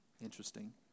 Interesting